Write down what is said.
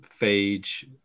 phage